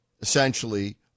essentially